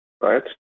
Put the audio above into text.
right